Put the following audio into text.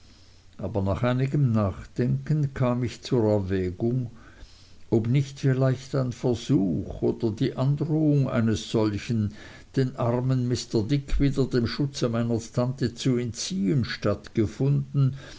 aber nach einigem nachdenken kam ich zur erwägung ob nicht vielleicht ein versuch oder die androhung eines solchen den armen mr dick wieder dem schutze meiner tante zu entziehen stattgefunden